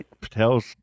Patel's